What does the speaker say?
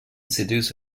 seduce